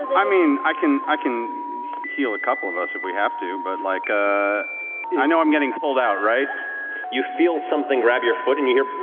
i mean i can i can heal a couple of us if we have to, but like ah and i know i'm getting pulled out, right? matt you feel something grab your foot and you hear